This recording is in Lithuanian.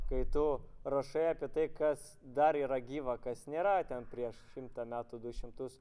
kai tu rašai apie tai kas dar yra gyva kas nėra ten prieš šimtą metų du šimtus